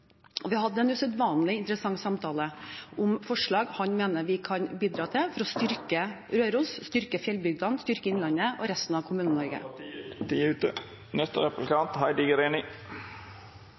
Vi hadde en usedvanlig interessant samtale om forslag han mener vi kan bidra til for å styrke Røros, styrke fjellbygdene, styrke innlandet og resten av Kommune-Norge. Då var tida ute.